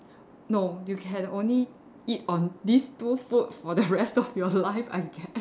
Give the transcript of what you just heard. no you can only eat on these two food for the rest of your life I guess